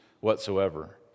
whatsoever